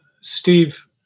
Steve